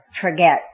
forget